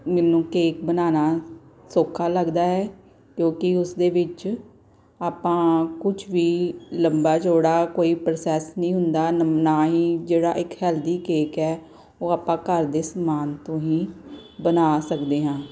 ਮੈਨੂੰ ਕੇਕ ਬਣਾਉਣਾ ਸੌਖਾ ਲੱਗਦਾ ਹੈ ਕਿਉਂਕਿ ਉਸ ਦੇ ਵਿੱਚ ਆਪਾਂ ਕੁਛ ਵੀ ਲੰਬਾ ਚੋੜਾ ਕੋਈ ਪ੍ਰੋਸੈਸ ਨਹੀਂ ਹੁੰਦਾ ਨੰ ਨਾ ਹੀ ਜਿਹੜਾ ਇੱਕ ਹੈਲਦੀ ਕੇਕ ਹੈ ਉਹ ਆਪਾਂ ਘਰ ਦੇ ਸਮਾਨ ਤੋਂ ਹੀ ਬਣਾ ਸਕਦੇ ਹਾਂ